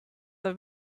have